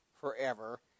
forever